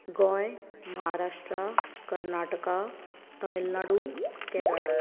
Goa Maharashtra Karnataka Tamil Nadu Kerala